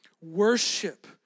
worship